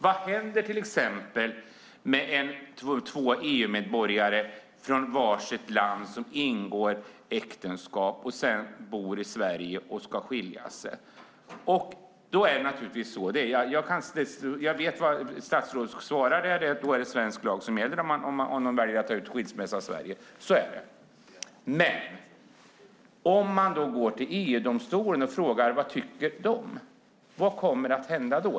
Vad händer till exempel med två EU-medborgare från var sitt land som ingått äktenskap, bor i Sverige och sedan ska skilja sig? Jag vet vad statsrådet kommer att svara, att det är svensk lagstiftning som gäller om de väljer att ta ut skilsmässa i Sverige. Så är det. Men om man då vänder sig till EU-domstolen och frågar vad de tycker, vad kommer att hända då?